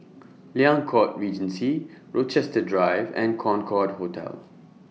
Liang Court Regency Rochester Drive and Concorde Hotel